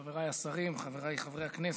חבריי השרים, חבריי חברי הכנסת,